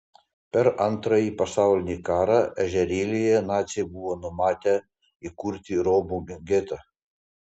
per antrąjį pasaulinį karą ežerėlyje naciai buvo numatę įkurti romų getą